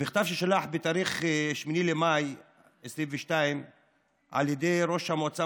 במכתב שנשלח בתאריך 8 במאי 2022 על ידי ראש המועצה